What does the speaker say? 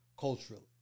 culturally